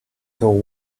till